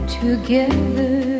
together